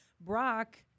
Brock